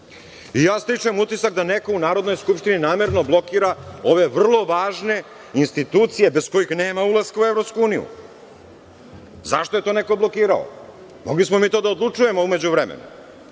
stičem utisak da neko u Narodnoj skupštini namerno blokira ove vrlo važne institucije bez kojih nema ulaska u EU. Zašto je to neko blokirao? Mogli smo mi to da odlučujemo u međuvremenu. Onda